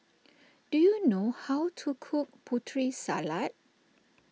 do you know how to cook Putri Salad